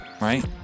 Right